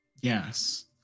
Yes